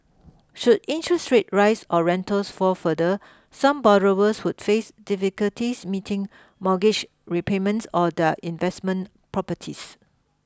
should interest rates rise or rentals fall further some borrowers could face difficulties meeting mortgage repayments or their investment properties